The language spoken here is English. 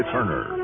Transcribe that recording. Turner